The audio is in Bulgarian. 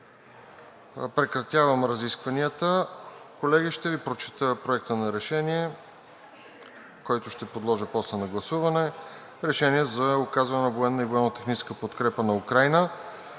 Прекратявам разискванията. Колеги, ще Ви прочета Проекта на решение, който ще подложа после на гласуване. „Проект! РЕШЕНИЕ за оказване на военна и военно-техническа подкрепа на Украйна